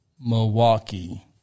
Milwaukee